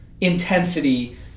intensity